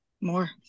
more